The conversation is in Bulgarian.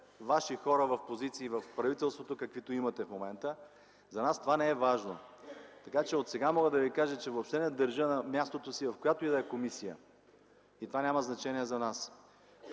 Ваши хора в позиции в правителството, каквито имате в момента. За нас това не е важно, така че от сега мога да Ви кажа, че въобще не държа на мястото си в която и да е комисия, и това няма значение за нас.